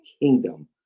kingdom